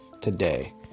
today